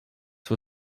for